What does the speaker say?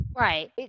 Right